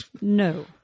No